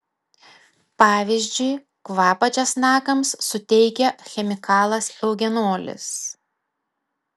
pavyzdžiui kvapą česnakams suteikia chemikalas eugenolis